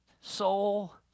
soul